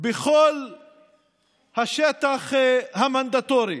בכל השטח המנדטורי,